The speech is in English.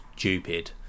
Stupid